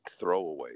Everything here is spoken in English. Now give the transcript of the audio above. throwaways